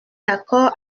d’accord